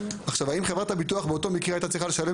האם חברת הביטוח באותו מקרה הייתה צריכה לשלם